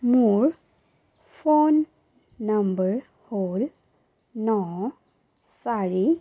মোৰ phone number হ'ল ন চাৰি